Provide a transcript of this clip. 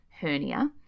hernia